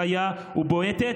חיה ובועטת,